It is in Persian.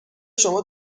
شما